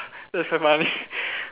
that was so funny